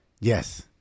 Yes